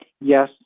yes